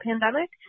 pandemic